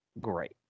great